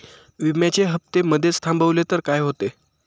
विम्याचे हफ्ते मधेच थांबवले तर काय होते?